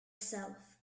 self